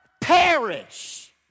perish